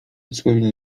dosłownie